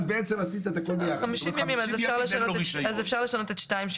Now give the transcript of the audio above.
אז אפשר לשנות את (2),